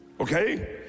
okay